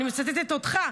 ואני מצטטת אותך,